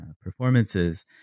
performances